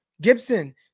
Gibson